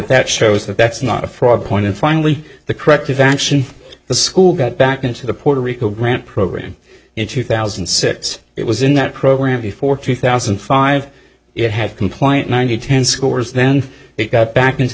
that shows that that's not a fraud point and finally the corrective action the school got back into the puerto rico grant program in two thousand and six it was in that program before two thousand and five it had compliant nine hundred ten scores then it got back into